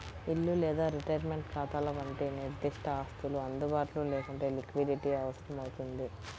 ఇల్లు లేదా రిటైర్మెంట్ ఖాతాల వంటి నిర్దిష్ట ఆస్తులు అందుబాటులో లేకుంటే లిక్విడిటీ అవసరమవుతుంది